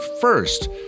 First